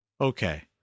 Okay